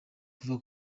kuvuga